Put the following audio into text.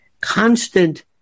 constant